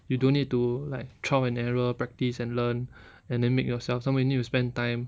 you don't need to like trial and error practice and learn and then make yourself somemore you need to spend time